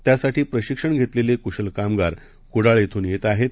त्यासाठीप्रशिक्षणघेतलेलेकुशलकामगारकुडाळयेथूनयेतआहेत